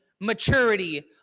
maturity